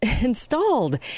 installed